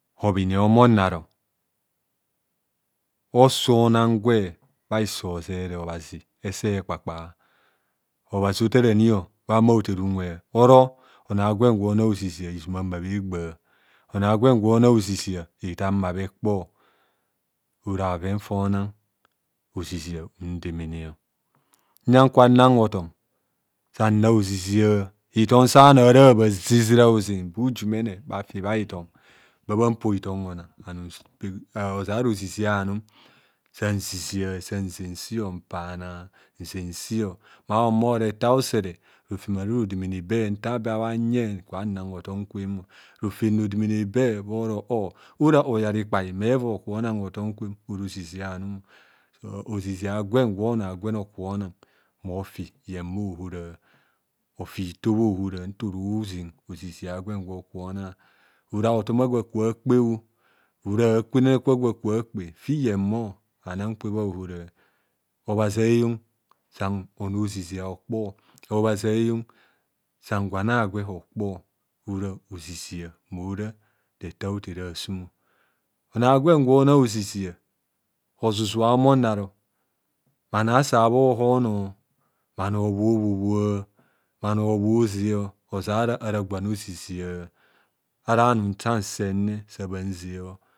Hobhini omonaro oso nangwe bha hiso zere obhazi ese kpakpa obhazi otaranio bhama hotere unwe oro ono agwen gwo na ozizia izuma mma bhegba onor agwen gwona ozizia hitar mmabhe kpor ora bhoven fona ozizia undemene uyang kwa nnang hotom sa na ozizia hotom sa bhanor ara habha zi zina ozen ba ujumene bhafi bha hitom ba bhanpo hitom honang ozara ozizia anum san zizia sanzen si mpana nzensio ma ohumoretor a'usere rofem ahara rodemene be nta be bhange nka nan hotom kwem rofem rodemene be bhoro o'ora oyar ikpai me voi oko nan hotom kwem ora ozizia anum ozizia agwen gwonno agwen oko na mofi yen bho hora afi hito bhahora ntorozen ozizia agwen gwokona ora hotom agwo aka kpeo ora akwenang kwa gwo aka kpe fi yen mo anan kwe bha ohora obhazi a'yon san gwan agwe okpor ora ozizia mmora retor a'hotere asum onor a'gwen gwona ozizia ozu- zua omonaro bhanor asa bhohonor bhanor bhobhobhoa bhanor bhoze ozara ara gwan ozizia ara anum nsan nsem ne sabhanzeo